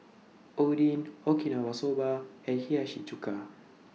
Oden Okinawa Soba and Hiyashi Chuka